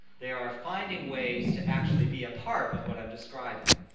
they are finding ways to actually be a part of what i'm describing.